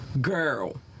Girl